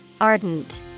Ardent